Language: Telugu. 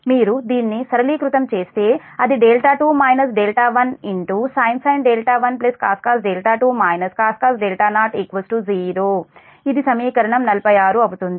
మీరు దీన్నిసరళీకృతం చేస్తే అది 2 1 sin 1 cos 2 cos 0 0 ఇది సమీకరణం 46 అవుతుంది